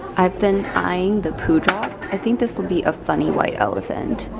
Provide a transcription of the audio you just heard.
i've been eyeing the poo drop. i think this will be a funny white elephant.